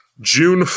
june